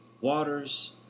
waters